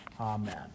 Amen